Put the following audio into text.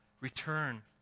return